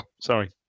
Sorry